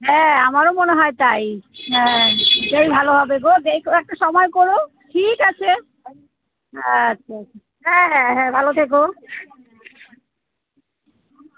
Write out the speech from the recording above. হ্যাঁ আমারও মনে হয় তাই হ্যাঁ সেটাই ভালো হবে গো দেখো একটা সময় কোরো ঠিক আছে আচ্ছা আচ্ছা হ্যাঁ হ্যাঁ হ্যাঁ ভালো থেকো